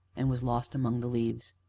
and was lost among the leaves.